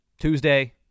Tuesday